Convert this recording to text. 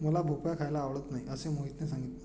मला भोपळा खायला आवडत नाही असे मोहितने सांगितले